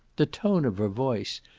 the tone of her voice,